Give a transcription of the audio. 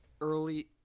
early